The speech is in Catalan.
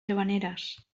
llavaneres